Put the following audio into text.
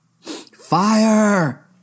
Fire